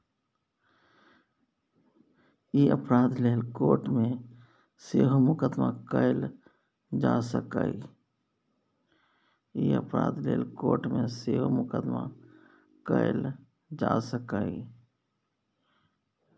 ई अपराध लेल कोर्ट मे सेहो मुकदमा कएल जा सकैए